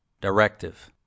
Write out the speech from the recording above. Directive